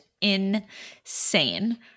insane